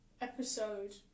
episode